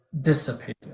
dissipated